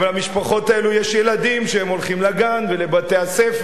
במשפחות האלו יש ילדים שהם הולכים לגן ולבתי-הספר,